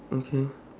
okay